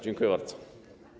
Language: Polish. Dziękuję bardzo.